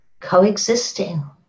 coexisting